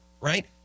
right